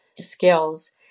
skills